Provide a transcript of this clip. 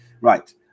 right